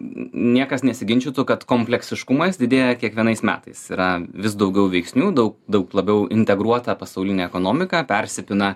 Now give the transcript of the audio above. niekas nesiginčytų kad kompleksiškumas didėja kiekvienais metais yra vis daugiau veiksnių daug daug labiau integruota pasaulinė ekonomika persipina